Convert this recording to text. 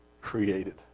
created